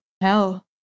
hell